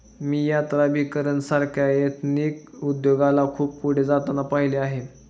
मी यात्राभिकरण सारख्या एथनिक उद्योगाला खूप पुढे जाताना पाहिले आहे